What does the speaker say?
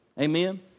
Amen